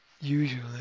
Usually